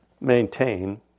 maintain